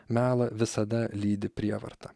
melą visada lydi prievarta